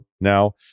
now